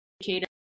educator